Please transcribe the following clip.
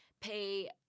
pay